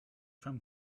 from